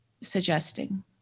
suggesting